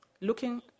Looking